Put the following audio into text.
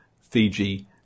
Fiji